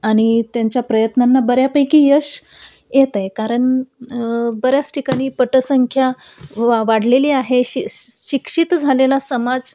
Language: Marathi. आणि त्यांच्या प्रयत्नांना बऱ्यापैकी यश येतय कारण बऱ्याच ठिकाणी पटसंख्या वा वाढलेली आहे शि श शिक्षित झालेला समाज